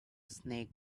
snake